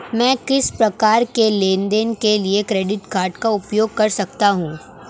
मैं किस प्रकार के लेनदेन के लिए क्रेडिट कार्ड का उपयोग कर सकता हूं?